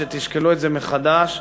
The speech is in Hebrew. שתשקלו את זה מחדש.